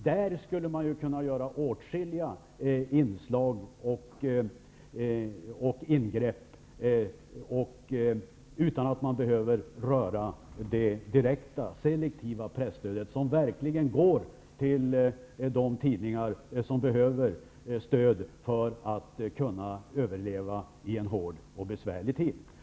Där skulle man ju kunna göra åtskilliga ingrepp, utan att man behöver röra det direkta, selektiva presstödet, som verkligen går till de tidningar som behöver stöd för att kunna överleva i en hård och besvärlig tid.